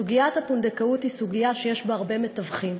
בסוגיית הפונדקאות יש הרבה מתווכים.